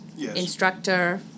instructor